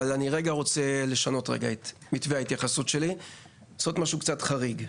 אבל אני רגע רוצה לשנות את מתווה ההתייחסות שלי ולעשות משהו קצת חריג.